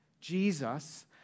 Jesus